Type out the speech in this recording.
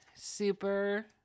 Super